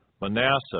Manasseh